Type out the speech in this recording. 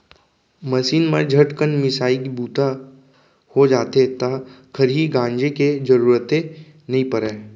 machine म झटकन मिंसाइ के बूता हो जाथे त खरही गांजे के जरूरते नइ परय